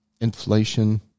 inflation